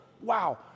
wow